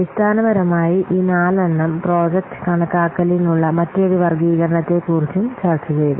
അടിസ്ഥാനപരമായി ഈ നാലെണ്ണം പ്രോജക്റ്റ് കണക്കാക്കലിനുള്ള മറ്റൊരു വർഗ്ഗീകരണത്തെക്കുറിച്ചും ചർച്ചചെയ്തു